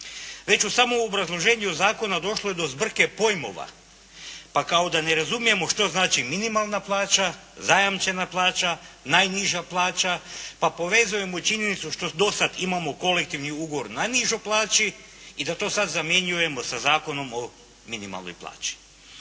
Već u samom obrazloženju zakona došlo je zbrke pojmova, pa kao da ne razumijemo što znači minimalna plaća, zajamčena plaća, najniža plaća pa povezujemo činjenicu što do sada imamo kolektivni ugovor najnižoj plaći i da to sada zamjenjujemo sa Zakonom o minimalnoj plaći.